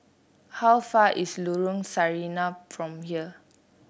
how far away is Lorong Sarina from here